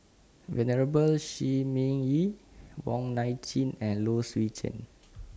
Venerable Shi Ming Yi Wong Nai Chin and Low Swee Chen